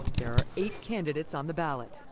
there are eight candidates on the ballot,